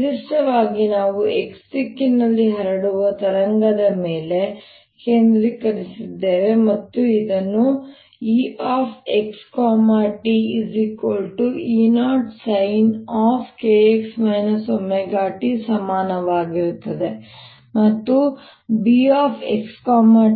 ನಿರ್ದಿಷ್ಟವಾಗಿ ನಾವು x ದಿಕ್ಕಿನಲ್ಲಿ ಹರಡುವ ತರಂಗದ ಮೇಲೆ ಕೇಂದ್ರೀಕರಿಸಿದ್ದೇವೆ ಮತ್ತು ಇದನ್ನು Ext E0 kx ωt ಸಮನಾಗಿರುತ್ತದೆ ಮತ್ತು BxtB0